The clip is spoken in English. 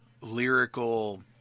lyrical